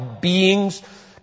beings